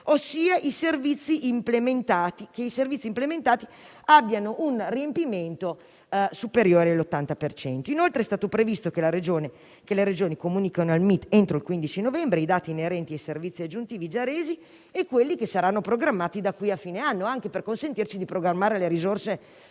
ossia che i servizi implementati abbiano un riempimento superiore all'80 per cento. Inoltre, è stato previsto che le Regioni comunichino al MIT entro il 15 novembre i dati inerenti ai servizi aggiuntivi già resi e quelli che saranno programmati da qui a fine anno, anche per consentirci di programmare le risorse per